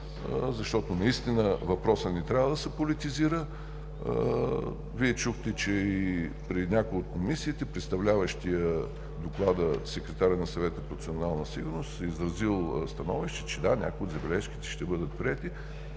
защото наистина въпросът не трябва да се политизира. Вие чухте, че и при някои от комисиите, представляващият доклада секретар и на Съвета по национална сигурност е изразил становище, че да, някои от забележките ще бъдат приети.